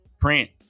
print